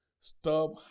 stop